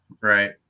Right